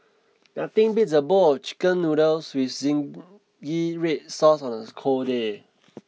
nothing beats a bowl of chicken noodles with zingy red sauce on a cold day